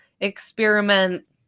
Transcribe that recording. Experiment